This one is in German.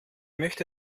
möchte